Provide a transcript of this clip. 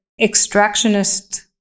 extractionist